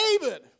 David